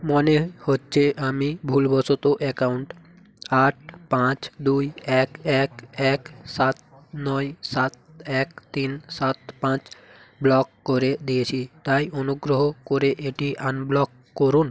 মনে হচ্ছে আমি ভুলবশত অ্যাকাউন্ট আট পাঁচ দুই এক এক এক সাত নয় সাত এক তিন সাত পাঁচ ব্লক করে দিয়েছি তাই অনুগ্রহ করে এটি আনব্লক করুন